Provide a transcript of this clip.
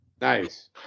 Nice